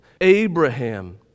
Abraham